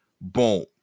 Boom